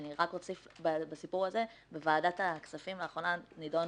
אני רק אוסיף שבוועדת הכספים לאחרונה נידונה